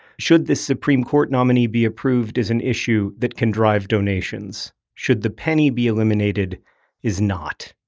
should this supreme court nominee be approved is an issue that can drive donations. should the penny be eliminated is, not,